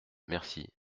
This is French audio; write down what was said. merci